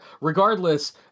Regardless